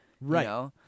Right